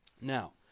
Now